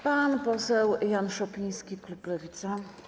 Pan poseł Jan Szopiński, klub Lewica.